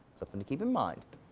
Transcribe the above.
the thing to keep in mind.